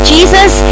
Jesus